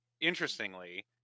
interestingly